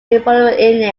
imperial